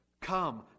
Come